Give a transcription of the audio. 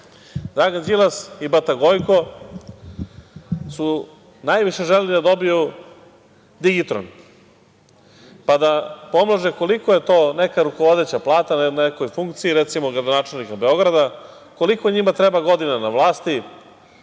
Dragan Đilas i bata Gojko su najviše želeli da dobiju digitron, pa da pomnože koliko je to neka rukovodeća plata na nekoj funkciji, recimo gradonačelnika Beograda, koliko njima treba godina na vlasti